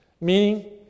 Meaning